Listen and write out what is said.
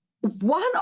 One